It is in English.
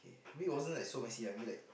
I mean it wasn't like so messy ah I mean like